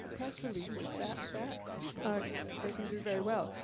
ah press releases, that that they can do very well.